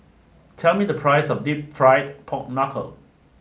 tell me the price of Deep Fried Pork Knuckle